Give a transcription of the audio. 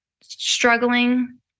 struggling